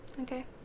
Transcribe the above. Okay